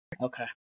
Okay